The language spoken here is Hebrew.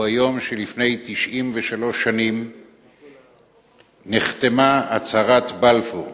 הוא היום שבו לפני 93 שנים נחתמה הצהרת בלפור,